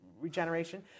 regeneration